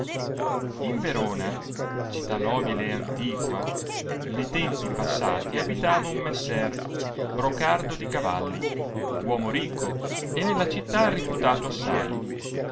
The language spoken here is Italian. in verona città nobile e antiqua ne tempi passati abitava un messer brocardo di cavalli uomo ricco e nella città riputato assai